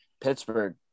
Pittsburgh